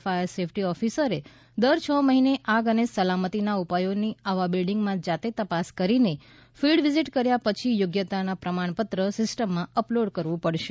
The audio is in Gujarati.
ફાયર સેફટી ઓફિસરે દર ક મહિને આગ અને સલામતિના ઉપાયોની આવા બિલ્ડીંગમાં જાતે તપાસ કરીને ફિલ્ડ વિઝીટ કર્યા પછી યોગ્યતા પ્રમાણપત્ર સિસ્ટમમાં અપલોડ કરવું પડશે